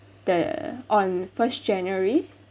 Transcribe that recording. the on first january